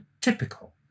typical